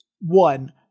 one